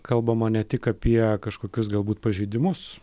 kalbama ne tik apie kažkokius galbūt pažeidimus